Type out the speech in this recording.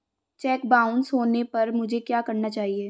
Check bounce होने पर मुझे क्या करना चाहिए?